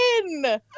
win